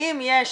ואם יש